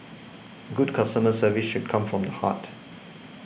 good customer service should come from the heart